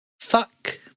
Fuck